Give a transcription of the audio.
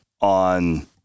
on